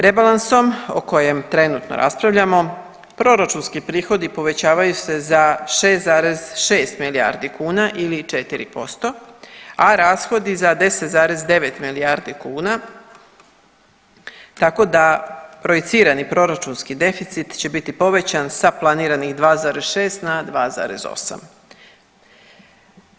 Rebalansom o kojem trenutno raspravljamo, proračunski prihodi povećavaju se za 6,6 milijardi kuna ili 4%, a rashodi za 10,9 milijardi kuna tako da projicirani proračunski deficit će biti povećan sa planiranih 2,6 na 2,8.